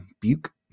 Buke